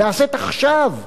נעשית עכשיו,